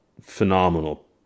phenomenal